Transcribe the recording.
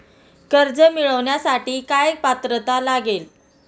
कर्ज मिळवण्यासाठी काय पात्रता लागेल?